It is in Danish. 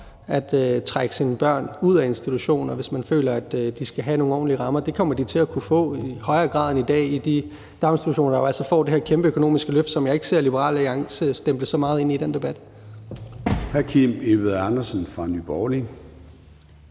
at trække sine børn ud af institutionerne, hvis man føler, at de skal have nogle ordentlige rammer. Det kommer de til at kunne få i højere grad end i dag i de daginstitutioner, der jo altså får det her kæmpe økonomiske løft. Jeg ser ikke Liberal Alliance stemple så meget ind i den debat.